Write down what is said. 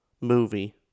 movie